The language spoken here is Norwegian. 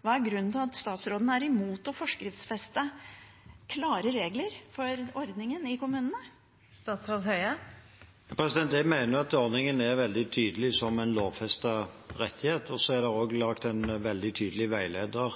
Hva er grunnen til at statsråden er imot å forskriftsfeste klare regler for ordningen i kommunene? Jeg mener at ordningen er veldig tydelig som en lovfestet rettighet. Så er det også laget en veldig tydelig veileder